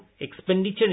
expenditure